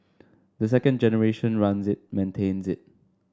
the second generation runs it maintains it